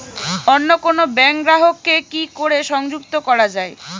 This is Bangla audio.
অন্য কোনো ব্যাংক গ্রাহক কে কি করে সংযুক্ত করা য়ায়?